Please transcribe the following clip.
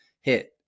hit